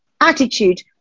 attitude